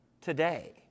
today